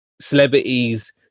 celebrities